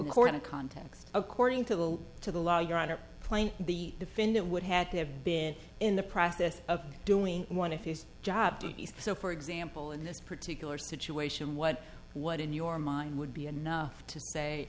according to context according to the to the law you're on a plane the defendant would had to have been in the process of doing one of his job duties so for example in this particular situation what what in your mind would be enough to say